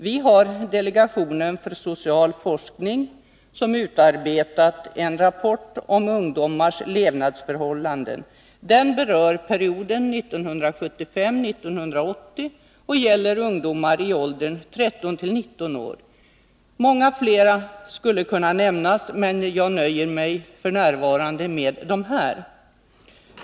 Vi har vidare delegationen för social forskning som utarbetat en rapport om ungdomars levnadsförhållanden. Den berör perioden 1975-1980 och gäller ungdomar i åldern 13-19 år. Många fler exempel skulle kunna nämnas, men jag nöjer mig med dessa.